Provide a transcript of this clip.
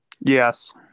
Yes